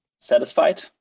satisfied